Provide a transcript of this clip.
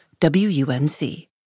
WUNC